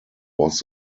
was